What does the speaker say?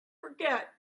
forget